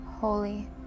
holy